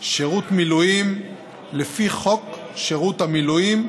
שירות מילואים לפי חוק שירות המילואים,